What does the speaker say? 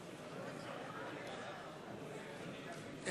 בממשלה לא נתקבלה.